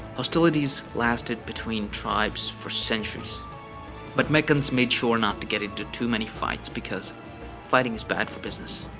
hostilities lasted between tribes for centuries but meccans made sure not to get into too many fights because fighting is bad for business.